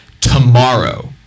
tomorrow